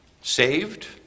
saved